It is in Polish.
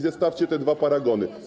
Zestawcie te dwa paragony.